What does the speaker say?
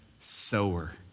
sower